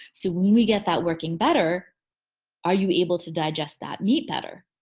so when we get that working better are you able to digest that meat better?